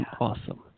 Awesome